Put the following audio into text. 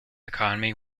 economy